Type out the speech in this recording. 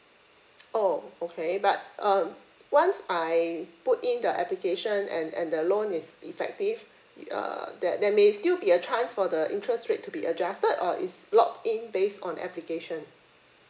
oh okay but um once I put in the application and and the loan is effective it err that there may still be a chance for the interest rate to be adjusted or is locked in based on application